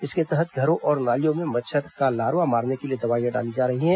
इसके तहत घरों और नालियों में मच्छर का लार्वा मारने के लिए दवाइयां डाली जा रही हैं